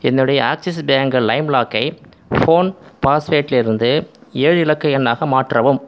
என்னுடைய Axis bank லைம் லாக்கை ஃபோன் பாஸ்வேடிலிருந்து ஏழு இலக்க எண்ணாக மாற்றவும்